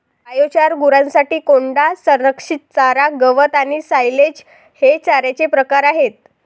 biochar, गुरांसाठी कोंडा, संरक्षित चारा, गवत आणि सायलेज हे चाऱ्याचे प्रकार आहेत